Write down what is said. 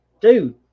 Dude